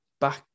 back